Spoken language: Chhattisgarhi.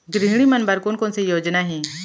गृहिणी मन बर कोन कोन से योजना हे?